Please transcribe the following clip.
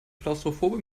klaustrophobe